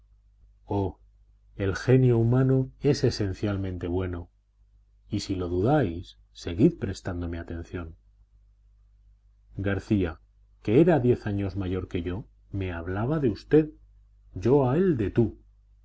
el genio humano es esencialmente bueno y si lo dudáis seguid prestándome atención garcía que era diez años mayor que yo me hablaba de usted yo a él de tú